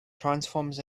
transforms